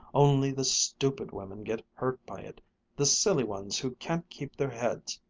only the stupid women get hurt by it the silly ones who can't keep their heads.